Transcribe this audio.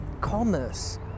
commerce